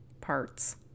parts